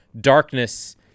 darkness